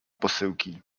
posyłki